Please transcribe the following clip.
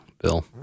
Bill